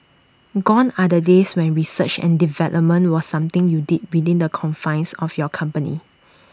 gone are the days when research and development was something you did within the confines of your company